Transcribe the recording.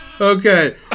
Okay